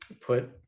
put